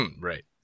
Right